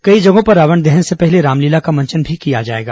कई जगहों पर रावण दहन से पहले रामलीला का मंचन भी किया जाएगा